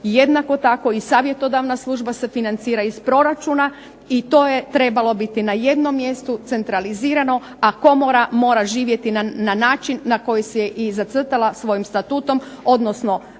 jednako tako i savjetodavna služba se financira iz proračuna i to je trebalo biti na jednom mjestu centralizirano. A komora mora živjeti na način na koji si je i zacrtala svojim statutom, odnosno